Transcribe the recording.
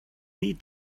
need